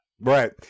right